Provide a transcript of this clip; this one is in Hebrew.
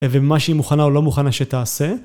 ומה שהיא מוכנה או לא מוכנה שתעשה.